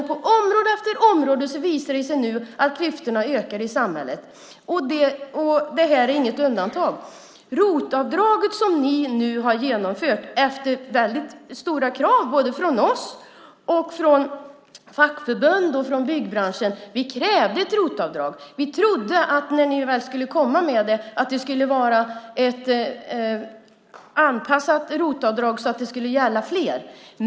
På område efter område visar det sig att klyftorna i samhället ökar. Det här är inget undantag. Det ROT-avdrag som ni nu har genomfört gjordes efter starka krav från oss, fackförbund, byggbransch. Vi krävde ett ROT-avdrag och trodde att det, när det väl kom, skulle vara ett anpassat ROT-avdrag som gällde fler.